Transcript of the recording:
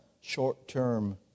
short-term